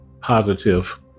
positive